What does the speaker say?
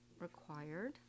required